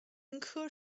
玄参科